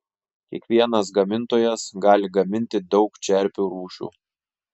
kiekvienas gamintojas gali gaminti daug čerpių rūšių